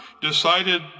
decided